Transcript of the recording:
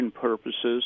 purposes